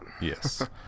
Yes